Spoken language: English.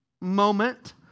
moment